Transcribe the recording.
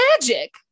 magic